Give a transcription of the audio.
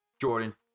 Jordan